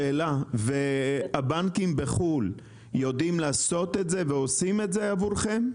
שאלה: הבנקים בחו"ל יודעים לעשות את זה ועושים את זה עבורכם?